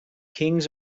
kings